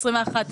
2021,